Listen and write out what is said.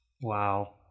wow